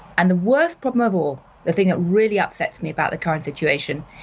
and the worse problem of all, the thing that really upsets me about the current situation,